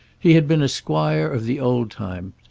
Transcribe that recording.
he had been a squire of the old times,